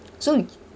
right yo~